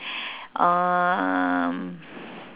um